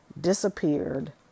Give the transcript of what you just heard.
disappeared